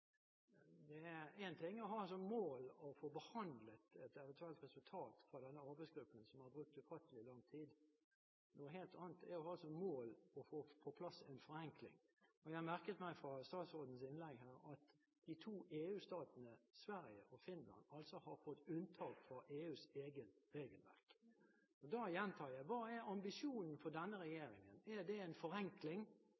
mer tollbehandling. Én ting er å ha som mål å få behandlet et eventuelt resultat fra denne arbeidsgruppen som har brukt ufattelig lang tid, noe helt annet er å ha som mål å få på plass en forenkling. Jeg merket meg fra statsrådens innlegg at de to EU-statene Sverige og Finland har fått unntak fra EUs eget regelverk. Da gjentar jeg: Hva er ambisjonen for denne